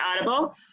audible